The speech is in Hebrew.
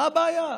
מה הבעיה?